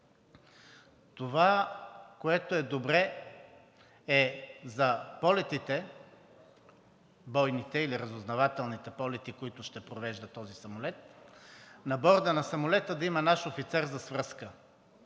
това, което е добре за полетите – бойните или разузнавателните полети, които ще провежда този самолет – на борда на самолета да има наш офицер за свръзка.